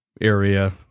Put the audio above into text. area